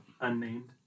Unnamed